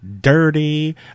dirty